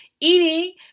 eating